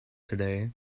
today